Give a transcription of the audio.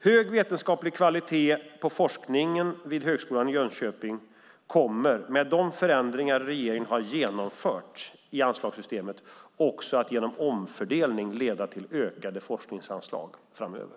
Hög vetenskaplig kvalitet på forskningen vid Högskolan i Jönköping kommer med de förändringar som regeringen har genomfört i anslagssystemet också att genom omfördelning leda till ökade forskningsanslag framöver.